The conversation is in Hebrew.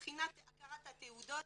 מבחינת הכרת התעודות,